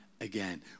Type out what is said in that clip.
again